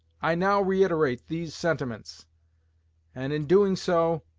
i now reiterate these sentiments and, in doing so,